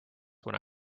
when